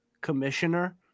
commissioner